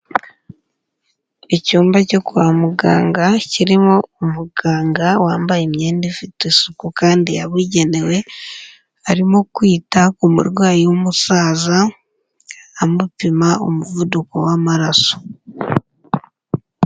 Icyumba cyo kwa muganga kirimo umuganga wambaye imyenda ifite isuku kandi yabugenewe, arimo kwita ku murwayi w'umusaza amupima umuvuduko w'amaraso.